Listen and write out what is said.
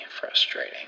frustrating